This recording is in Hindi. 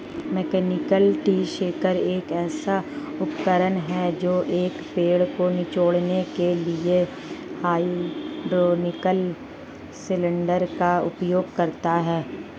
मैकेनिकल ट्री शेकर एक ऐसा उपकरण है जो एक पेड़ को निचोड़ने के लिए हाइड्रोलिक सिलेंडर का उपयोग करता है